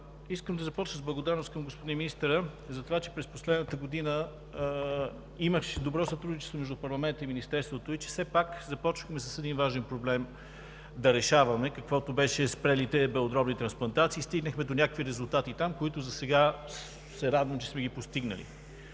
Искам да започна с благодарност към господин министъра за това, че през последната година имаше добро сътрудничество между парламента и Министерството и че все пак започнахме да решаваме един важен проблем, какъвто бяха спрените белодробни трансплантации. Там стигнахме до някакви резултати, които се радвам, че сме постигнали.